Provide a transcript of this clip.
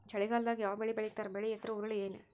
ಚಳಿಗಾಲದಾಗ್ ಯಾವ್ ಬೆಳಿ ಬೆಳಿತಾರ, ಬೆಳಿ ಹೆಸರು ಹುರುಳಿ ಏನ್?